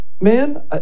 man